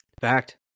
Fact